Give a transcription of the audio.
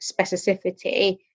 specificity